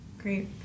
Great